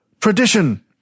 Tradition